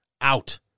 out